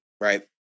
Right